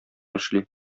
эшли